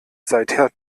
seither